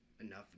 enough